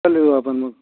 जाऊन येऊ आपन मग